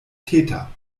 täter